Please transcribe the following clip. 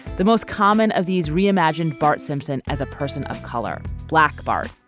the most common of these reimagined bart simpson as a person of color black bart.